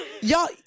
y'all